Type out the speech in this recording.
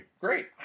Great